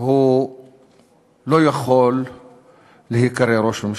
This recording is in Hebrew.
לא יכול להיקרא ראש ממשלה.